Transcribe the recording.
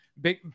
Big